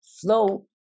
flow